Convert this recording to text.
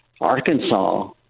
Arkansas